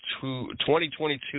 2022